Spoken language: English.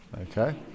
Okay